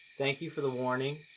thank you for the warning.